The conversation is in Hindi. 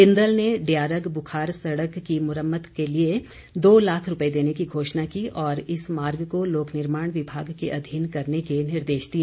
बिंदल ने डयारग बुखार सड़क की मुरम्मत के लिए दो लाख रूपए देने की घोषणा की और इस मार्ग को लोक निर्माण विभाग के अधीन करने के निर्देश दिए